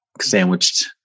sandwiched